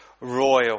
royal